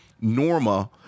norma